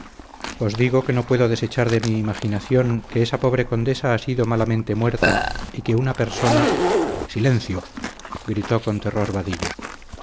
os digo que no puedo desechar de mi imaginación que esa pobre condesa ha sido malamente muerta y que una persona silencio gritó con terror vadillo